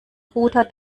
router